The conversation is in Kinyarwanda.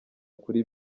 kuri